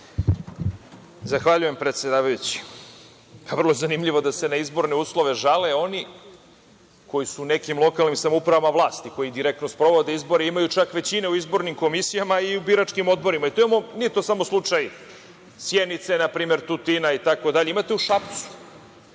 Zahvaljujem, predsedavajući. Vrlo je zanimljivo da se na izborne uslove žale oni koji su u nekim lokalnim samoupravama vlasti, koji direktno sprovode izbore i imaju čak većine u izbornim komisijama i u biračkim odborima. Nije to samo slučaj Sjenice, Tutina itd, imate u Šapcu.